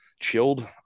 chilled